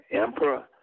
Emperor